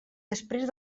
després